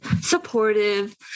supportive